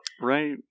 Right